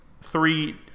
three